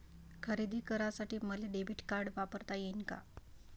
खरेदी करासाठी मले डेबिट कार्ड वापरता येईन का?